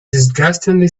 disgustingly